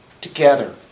together